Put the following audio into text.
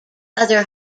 other